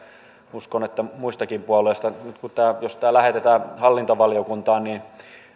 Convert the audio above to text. uskon että muistakin puolueista nyt jos tämä lähetetään hallintovaliokuntaan niin